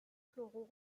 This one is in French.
floraux